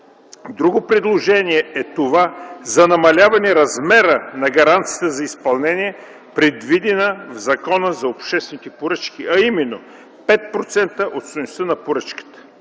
Друго предложение е това за намаляване размера на гаранцията за изпълнение, предвидена в Закона за обществените поръчки, а именно – 5 процента от стойността на поръчката.